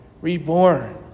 Reborn